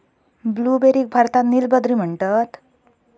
ब्लूबेरीक भारतात नील बद्री म्हणतत